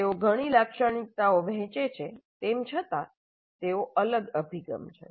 તેઓ ઘણી લાક્ષણિક્તાઓ વહેંચે છે તેમ છતાં તેઓ અલગ અભિગમ છે